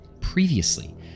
previously